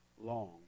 long